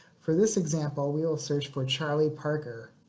for this example, we will search for charlie parker.